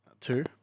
two